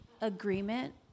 agreement